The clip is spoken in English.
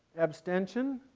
abstention,